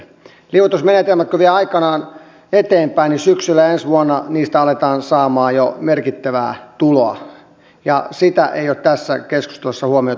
liuotusmenetelmät kun vievät aikanaan eteenpäin niin syksyllä ensi vuonna niistä aletaan saamaan jo merkittävää tuloa ja sitä ei ole tässä keskustelussa huomioitu lainkaan